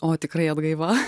o tikrai atgaiva